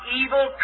evil